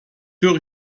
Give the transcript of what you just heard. höre